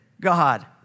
God